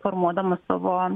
formuodama savo